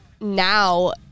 now